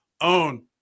own